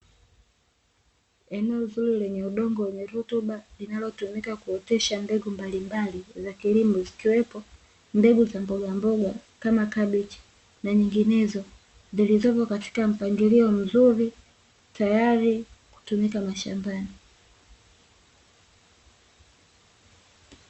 Eneo zuri lenye udongo wenye rutuba linalotumika kuotesha mbegu mbalimbali za kilimo zikiwepo mbegu za mbogamboga kama kabeji na nyinginezo zilizopo katika mpangilio mzuri tayari kutumika mashambani.